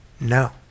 No